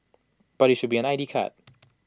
but IT should be an I D card